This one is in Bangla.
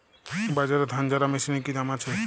বাজারে ধান ঝারা মেশিনের কি দাম আছে?